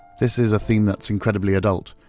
this is a theme that's incredibly adult,